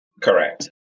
Correct